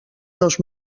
dos